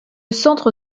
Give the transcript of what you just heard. centre